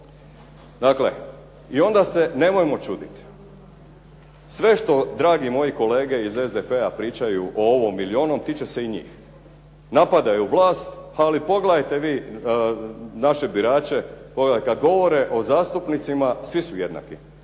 Dakle i onda se nemojmo čuditi. Sve što dragi moji kolege iz SDP-a pričaju o ovom ili onom, tiče se i njih. Napadaju vlast, ali pogledajte vi naše birače. Pogledajte kada govore o zastupnicima svi su jednaki.